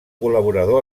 col·laborador